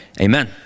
amen